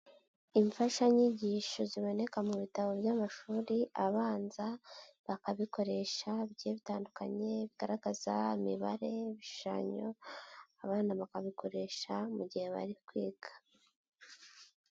Imfashanyigisho ziboneka mu bitabo by'amashuri abanza bakabikoresha bigiye bitandukanye, bigaragaza imibare y'ibishushanyo, abana bakabikoresha mu gihe bari kwiga.